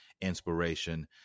inspiration